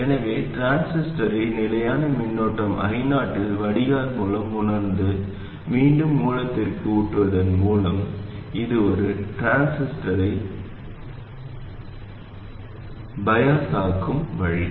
எனவே டிரான்சிஸ்டரை நிலையான மின்னோட்டம் I0 இல் வடிகால் மூலம் உணர்ந்து மீண்டும் மூலத்திற்கு ஊட்டுவதன் மூலம் இது ஒரு டிரான்சிஸ்டரைச் பைய்யசாக்கும் வழி